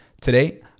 today